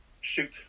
shoot